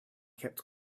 kept